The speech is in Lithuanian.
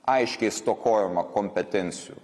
aiškiai stokojama kompetencijų